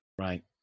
right